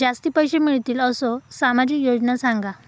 जास्ती पैशे मिळतील असो सामाजिक योजना सांगा?